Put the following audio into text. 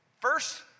first